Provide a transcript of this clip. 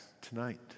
tonight